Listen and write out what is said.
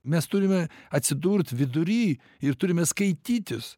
mes turime atsidurt vidury ir turime skaitytis